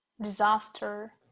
disaster